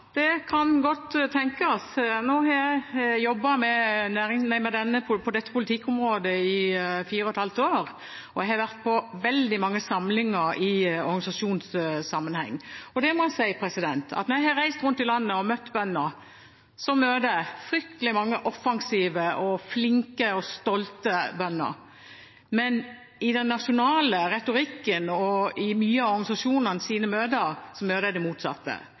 det kan godt tenkes. Nå har jeg jobbet på dette politikkområdet i fire og et halvt år, og jeg har vært på veldig mange samlinger i organisasjonssammenheng. Jeg må si at når jeg har reist rundt i landet og møtt bønder, har jeg truffet fryktelig mange offensive, flinke og stolte bønder. Men i den nasjonale retorikken og i mange av organisasjonenes møter, opplever jeg det motsatte.